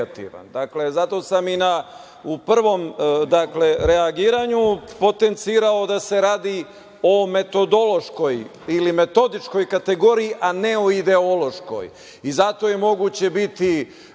Zato sam i u prvom reagovanju potencirao da se radi o metodološkoj ili metodičkoj kategoriji, a ne o ideološkoj. I zato je moguće biti